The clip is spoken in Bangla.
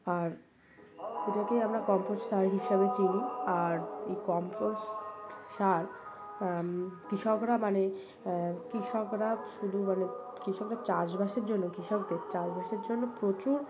আর এটাকেই আমরা কম্পোস্ট সার হিসাবে চিনি আর এই কম্পোস্ট সার কৃষকরা মানে কৃষকরা শুধু মানে কৃষকরা চাষবাসের জন্য কৃষকদের চাষবাসের জন্য প্রচুর